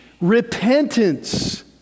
repentance